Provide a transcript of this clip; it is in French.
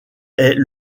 est